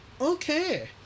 Okay